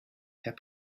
herr